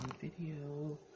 video